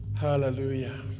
Hallelujah